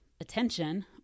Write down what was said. attention